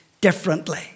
differently